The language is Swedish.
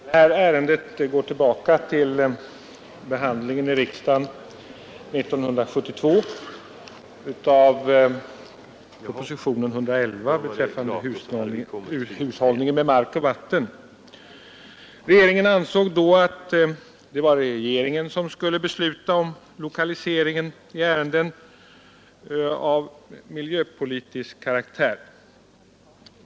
Herr talman! Det här ärendet går tillbaka till behandlingen i riksdagen år 1972 av propositionen 111 beträffande hushållningen med mark och vatten. Regeringen ansåg då att det var regeringen som skulle besluta om lokaliseringen i ärenden av miljöpolitisk karaktär.